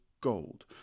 gold